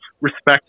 respect